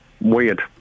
Weird